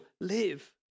live